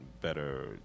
better